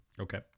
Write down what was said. Okay